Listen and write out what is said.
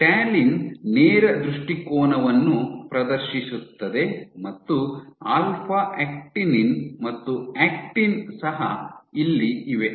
talin ನೇರ ದೃಷ್ಟಿಕೋನವನ್ನು ಪ್ರದರ್ಶಿಸುತ್ತದೆ ಮತ್ತು ಆಲ್ಫಾ ಆಕ್ಟಿನಿನ್ ಮತ್ತು ಆಕ್ಟಿನ್ ಸಹ ಇಲ್ಲಿ ಇವೆ